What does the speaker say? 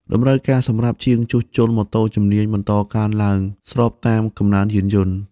តម្រូវការសម្រាប់ជាងជួសជុលម៉ូតូជំនាញបន្តកើនឡើងស្របតាមកំណើនយានយន្ត។